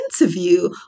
interview